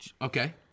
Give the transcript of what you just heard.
Okay